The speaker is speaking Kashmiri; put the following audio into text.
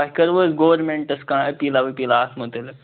تۄہہِ کٔروٕ حظ گورمیٚنٹَس کانٛہہ اپیٖلہ وپیٖلہ اتھ متعلِق